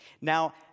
Now